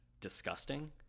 disgusting